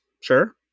Sure